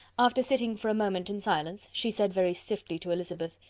after sitting for a moment in silence, she said very stiffly to elizabeth,